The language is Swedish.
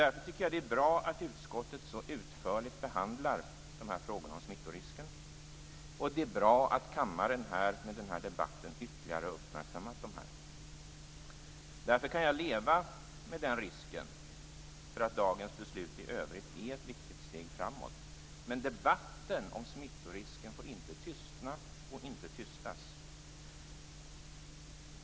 Därför tycker jag att det är bra att utskottet så utförligt behandlar smittorisken, och det är bra att kammaren i den här debatten ytterligare har uppmärksammat den frågan. Jag kan leva med den här risken eftersom dagens beslut i övrigt är ett viktigt steg framåt, men debatten om smittorisken får inte tystna och inte tystas.